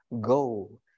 Go